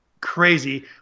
crazy